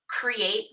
create